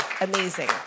Amazing